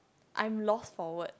I'm lost forward